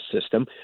system